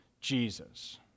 Jesus